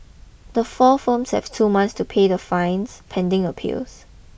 the four firms have two months to pay the fines pending appeals